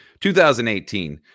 2018